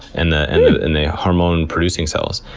and the and and the hormone-producing cells.